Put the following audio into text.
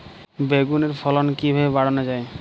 বেগুনের ফলন কিভাবে বাড়ানো যায়?